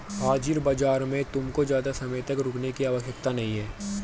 हाजिर बाजार में तुमको ज़्यादा समय तक रुकने की आवश्यकता नहीं है